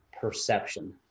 perception